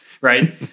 right